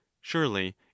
surely